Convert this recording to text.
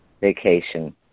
vacation